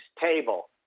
table